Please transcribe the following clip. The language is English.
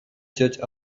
judge